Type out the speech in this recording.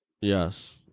yes